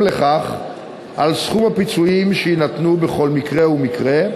לכך על סכום הפיצויים שיינתנו בכל מקרה ומקרה,